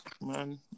Man